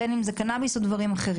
בין אם זה קנאביס או דברים אחרים.